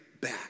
back